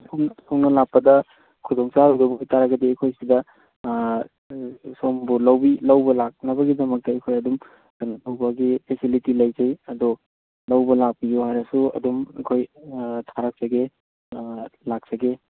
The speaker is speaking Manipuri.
ꯁꯣꯝ ꯁꯣꯝꯅ ꯂꯥꯛꯄꯗ ꯈꯨꯗꯣꯡ ꯆꯥꯔꯣꯏꯗꯕ ꯑꯣꯏꯔꯇꯔꯥꯒꯗꯤ ꯑꯩꯈꯣꯏꯁꯤꯗ ꯁꯣꯝꯕꯨ ꯂꯧꯕ ꯂꯥꯛꯅꯕꯒꯤꯗꯃꯛꯇ ꯑꯩꯈꯣꯏ ꯑꯗꯨꯝ ꯀꯩꯅꯣ ꯇꯧꯕꯒꯤ ꯐꯦꯁꯤꯂꯤꯇꯤ ꯂꯩꯖꯩ ꯑꯗꯣ ꯂꯧꯕ ꯂꯥꯛꯄꯤꯌꯣ ꯍꯥꯏꯔꯁꯨ ꯑꯗꯨꯝ ꯑꯩꯈꯣꯏ ꯊꯔꯛꯆꯒꯦ ꯂꯥꯛꯆꯒꯦ